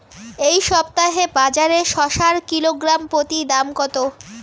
এই সপ্তাহে বাজারে শসার কিলোগ্রাম প্রতি দাম কত?